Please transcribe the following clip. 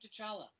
T'Challa